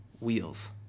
wheels